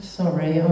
sorry